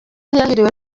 ntiyahiriwe